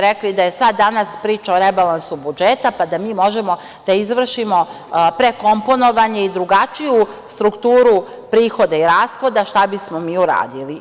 Rekli ste da je sada, danas priča o rebalansu budžeta, pa da mi možemo da izvršimo prekomponovanje i drugačiju strukturu prihoda i rashoda, šta bismo mi uradili.